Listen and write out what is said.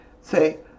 Say